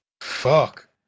Fuck